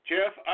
Jeff